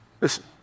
Listen